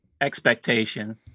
expectation